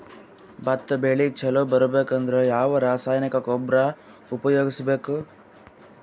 ಭತ್ತ ಬೆಳಿ ಚಲೋ ಬರಬೇಕು ಅಂದ್ರ ಯಾವ ರಾಸಾಯನಿಕ ಗೊಬ್ಬರ ಉಪಯೋಗಿಸ ಬೇಕು?